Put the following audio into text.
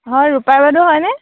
হয় ৰূপা বাইদেউ হয়নে